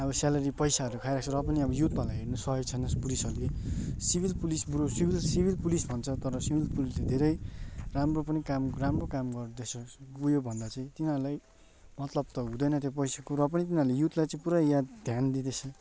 अब सेलेरी पैसाहरू खाइरहेको छ र पनि अब युथहरूलाई हेर्नु सकेको छैन पुलिसहरूले सिभिक पुलिस बरू सिभिक पुलिस भन्छ तर सिभिक पुलिसले धेरै राम्रो पनि काम राम्रो काम गर्दैछ उयो भन्दा चाहिँ तिनीहरूलाई मतलब त हुँदैन त्यो पैसाको र पनि तिनीहरूले युथलाई चाहिँ पुरा याद ध्यान दिँदैछ